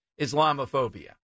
Islamophobia